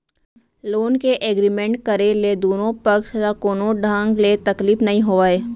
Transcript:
loan के agreement करे ले दुनो पक्छ ल कोनो ढंग ले तकलीफ नइ होवय